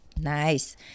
Nice